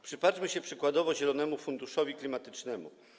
Przypatrzmy się przykładowo Zielonemu Funduszowi Klimatycznemu.